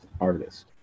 artist